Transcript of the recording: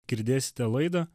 girdėsite laidą